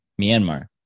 Myanmar